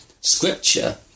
scripture